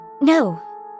No